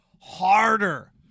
Harder